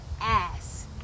ass